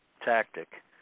tactic